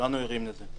כולנו יודעים את זה.